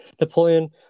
Napoleon